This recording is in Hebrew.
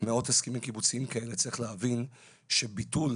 מאות הסכמים קיבוציים כאלה, צריך להבין שביטול